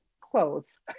clothes